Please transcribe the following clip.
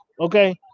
okay